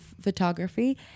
photography